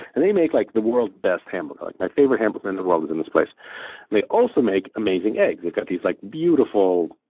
and they make like the world's best hamburger. like my my favorite hamburger in the world is in this place. and they also make amazing eggs. they've got these like beautiful